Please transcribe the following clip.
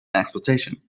exploitation